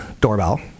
doorbell